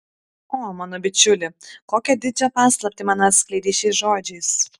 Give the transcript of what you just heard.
o mano bičiuli kokią didžią paslaptį man atskleidei šiais žodžiais